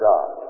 God